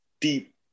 deep